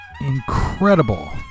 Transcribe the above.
incredible